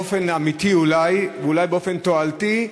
באופן אמיתי אולי, אולי באופן תועלתי,